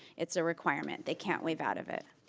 it's a requirement. they can't waive out of it.